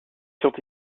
sont